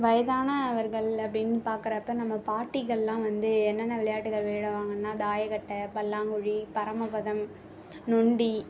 வயதான அவர்கள் அப்படின்னு பார்க்கறப்ப நம்ம பாட்டிகளெலாம் வந்து என்னென்ன விளையாட்டுகள் விளையாடுவாங்கன்னால் தாயக்கட்டை பல்லாங்குழி பரமபதம் நொண்டி